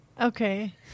Okay